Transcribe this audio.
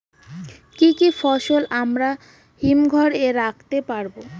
কি কি ফসল আমরা হিমঘর এ রাখতে পারব?